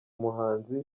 muhanzi